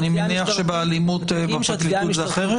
אני מניח שבפרקליטות זה אחרת.